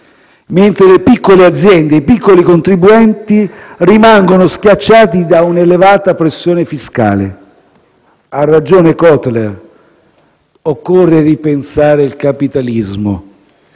mentre le piccole aziende e i piccoli contribuenti rimangono schiacciati da un'elevata pressione fiscale. Ha ragione Kotler: occorre «Ripensare il capitalismo».